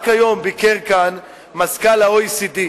רק היום ביקר כאן מזכ"ל ה-OECD.